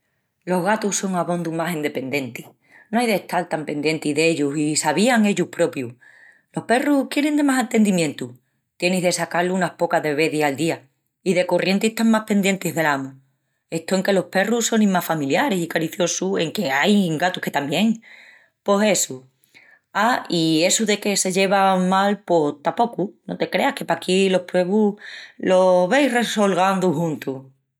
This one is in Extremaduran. Los gatus son abondu más endependientis, no ai d'estal tan pendienti d'ellus i s'avían ellus propius. Los perrus quierin de más atendimientu, tienis de sacá-lus unas pocas de vezis al día, i de corrienti están más pendientis del amu. Estó en que los perrus sonin más familiaris i cariciosus enque ain gatus que tamién. Pos essu, á i essu de que se llevan mal pos tapocu no te creas que paquí las puebrus los veis resolgandu juntus.